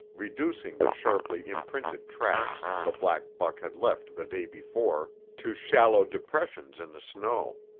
reducing the sharply imprinted tracks the black buck had left the day before to shallow depressions in the snow.